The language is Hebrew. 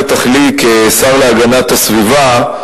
בטח לי כשר להגנת הסביבה.